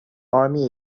army